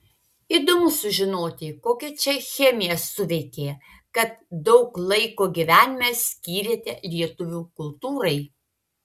įdomu sužinoti kokia čia chemija suveikė kad daug laiko gyvenime skyrėte lietuvių kultūrai